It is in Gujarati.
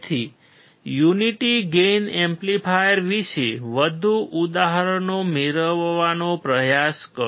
તેથી યુનિટી ગેઇન એમ્પ્લીફાયર વિશે વધુ ઉદાહરણો મેળવવાનો પ્રયાસ કરો